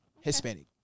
Hispanic